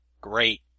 Great